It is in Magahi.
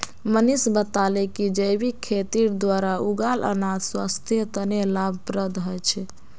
मनीष बताले कि जैविक खेतीर द्वारा उगाल अनाज स्वास्थ्य तने लाभप्रद ह छे